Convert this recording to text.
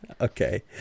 Okay